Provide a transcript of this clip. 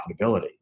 profitability